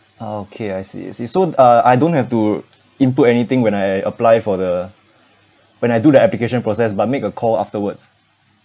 ah okay I see I see so uh I don't have to input anything when I apply for the when I do the application process but make a call afterwards